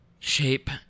Shape